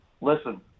listen